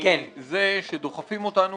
מזה שדוחפים אותנו